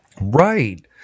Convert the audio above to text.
Right